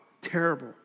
terrible